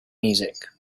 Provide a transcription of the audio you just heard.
music